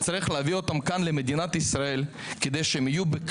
שכנגד במקרה של ילדים שנולדו בחו"ל ולא היו פה